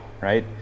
right